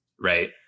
right